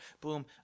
Boom